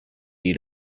eat